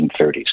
1930s